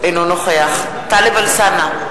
אינו נוכח טלב אלסאנע,